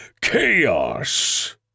chaos